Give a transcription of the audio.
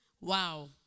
Wow